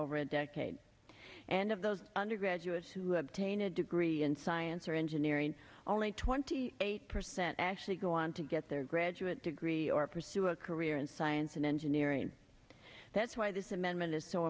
over a decade and of those undergraduates who have tain a degree in science or engineering only twenty eight percent actually go on to get their graduate degree or pursue a career in science and engineering that's why this amendment is so